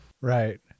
Right